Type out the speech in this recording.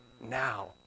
now